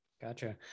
gotcha